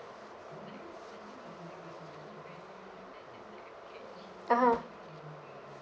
(uh huh)